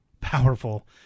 powerful